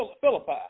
Philippi